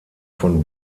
von